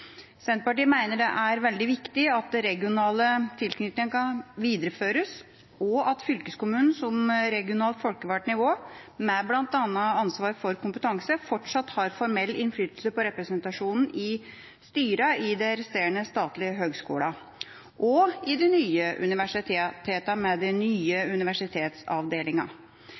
Senterpartiet mener det er veldig viktig at den regionale tilknytningen videreføres, og at fylkeskommunen som regionalt folkevalgt nivå med bl.a. ansvar for kompetanse fortsatt har formell innflytelse på representasjonen i styrene i de resterende statlige høgskolene og i de nye universitetene med de nye